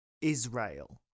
Israel